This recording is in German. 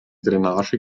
drainage